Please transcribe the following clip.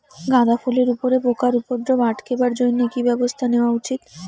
গাঁদা ফুলের উপরে পোকার উপদ্রব আটকেবার জইন্যে কি ব্যবস্থা নেওয়া উচিৎ?